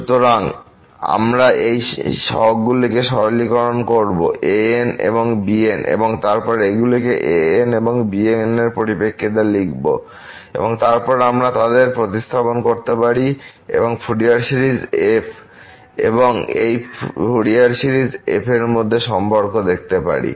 সুতরাং আমরা এই সহগগুলিকে সরলীকরণ করব a'n এবং b'n এবং তারপর এগুলিকে an এবং bn এর পরিপ্রেক্ষিতে লিখব এবং তারপর আমরা তাদের প্রতিস্থাপন করতে পারি এবং ফুরিয়ার সিরিজ f এবং এই ফুরিয়ার সিরিজের f এর মধ্যে সম্পর্ক দেখতে পারি